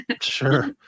Sure